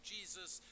Jesus